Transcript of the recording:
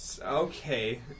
okay